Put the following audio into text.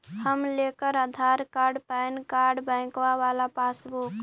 हम लेकर Aadhaar card PAN card बैंकवा वाला पासबुक?